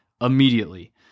immediately